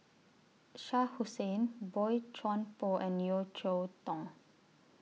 Shah Hussain Boey Chuan Poh and Yeo Cheow Tong